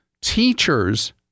teachers